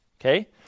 Okay